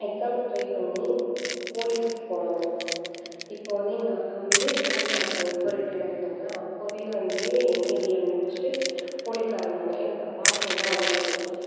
exam try பண்ணி போலிஸுக்கு போனாங்க இப்போ வந்து எங்கள் தாத்தா வந்து போலீஸாக இருக்காங்க இப்போ ரிட்டைர்ட் ஆகிட்டாங்க அப்போவே வந்து எம்ஏ பிஎல் முடித்துட்டு போலீஸாக இருந்தாங்க எங்கள் த பாட்டி வந்து அவ்வளோவா படிக்கல